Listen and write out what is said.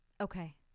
Okay